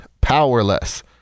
powerless